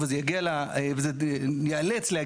ואז נראה אם זה יתאים לנוסח.